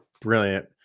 brilliant